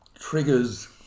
triggers